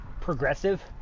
progressive